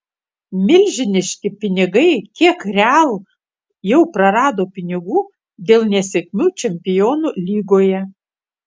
milžiniški pinigai kiek real jau prarado pinigų dėl nesėkmių čempionų lygoje